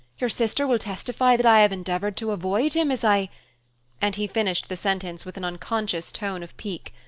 your sister will testify that i have endeavored to avoid him as i and he finished the sentence with an unconscious tone of pique,